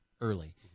early